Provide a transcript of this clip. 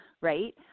right